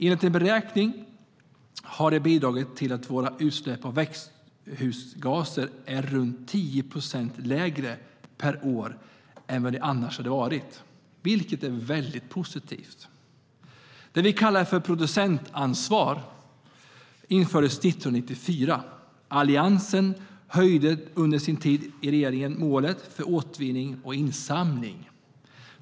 Enligt en beräkning har det bidragit till att våra utsläpp av växthusgaser är runt 10 procent lägre per år än vad de annars hade varit, vilket är positivt. Det vi kallar producentansvar infördes 1994. Alliansen höjde under sin tid i regeringen målet för återvinning och insamling.